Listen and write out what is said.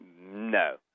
No